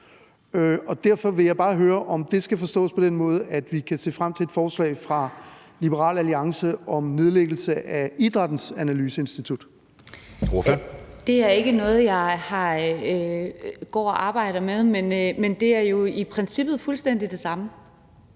og derfor vil jeg bare høre, om det skal forstås på den måde, at vi kan se frem til et forslag fra Liberal Alliance om nedlæggelse af Idrættens Analyseinstitut. Kl. 10:35 Anden næstformand (Jeppe Søe): Ordføreren. Kl. 10:35 Katrine